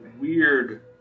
weird